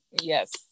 Yes